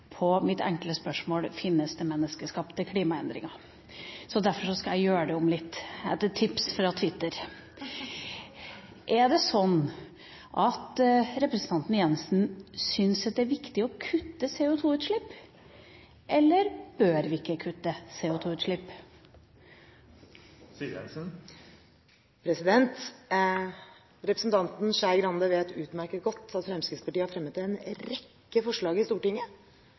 på mitt enkle spørsmål: Finnes det menneskeskapte klimaendringer? Derfor skal jeg gjøre det om litt, etter tips fra Twitter: Er det sånn at representanten Jensen syns det er viktig å kutte CO2-utslipp, eller bør vi ikke kutte CO2-utslipp? Representanten Skei Grande vet utmerket godt at Fremskrittspartiet har fremmet en rekke forslag i Stortinget